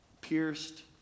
pierced